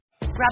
Grab